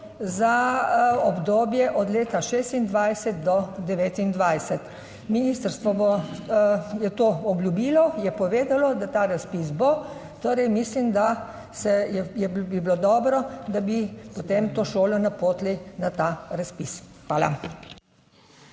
za obdobje od leta 2026 do 2029. Ministrstvo bo to obljubilo je povedalo, da ta razpis bo. Torej mislim, da bi bilo dobro, da bi potem to šolo napotili na ta razpis. Hvala.